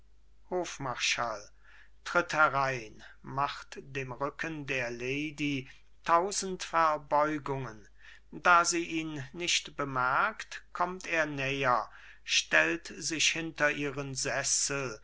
hofmarschall tritt herein macht dem rücken der lady tausend verbeugungen da sie ihn nicht bemerkt kommt er näher stellt sich hinter ihren sessel